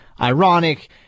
ironic